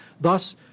Thus